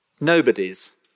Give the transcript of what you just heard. nobody's